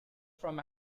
from